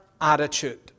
attitude